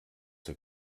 der